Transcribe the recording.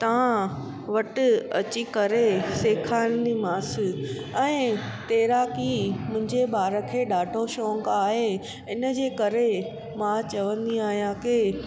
तव्हां वटि अची करे सेखारींदी मांसि ऐं तैराकी मुंहिंजे ॿार खे ॾाढो शौक़ु आहे इन जे करे मां चवंदी आहियां की